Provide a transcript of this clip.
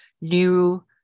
new